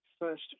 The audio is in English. first